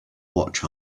watch